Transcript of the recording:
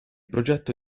progetto